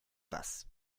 was